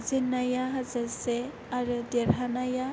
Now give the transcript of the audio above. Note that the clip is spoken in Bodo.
जेननाया हाजारसे आरो देरहानाया